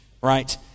right